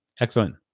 Excellent